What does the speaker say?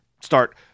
start